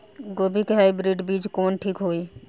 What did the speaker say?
गोभी के हाईब्रिड बीज कवन ठीक होई?